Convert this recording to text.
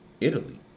Italy